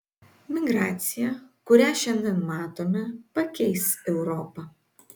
migracija kurią šiandien matome pakeis europą